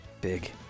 Big